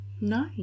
Nice